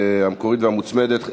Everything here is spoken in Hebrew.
המקורית והמוצמדת,